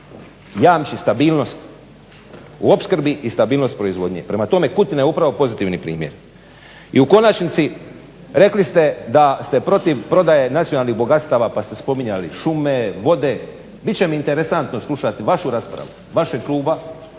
jamči stabilnost u opskrbi i stabilnost proizvodnje. Prema tome, Kutina je upravo pozitivni primjer. I u konačnici rekli ste da ste protiv prodaje nacionalnih bogatstava, pa ste spominjali šume, vode, bit će mi interesantno slušati vašu raspravu, vašeg kluba